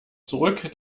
zurück